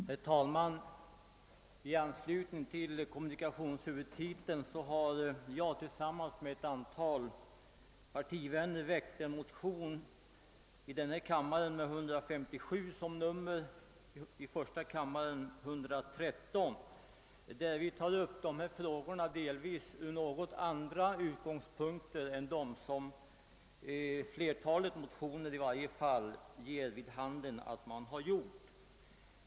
Herr talman! I anslutning till kommunikationshuvudtiteln har jag tillsammans med ett antal partivänner väckt en motion i denna kammare, nr 157, som är likalydande med motionen I: 113, där vi tar upp dessa frågor från delvis andra utgångspunkter än som skett i flertalet övriga motioner.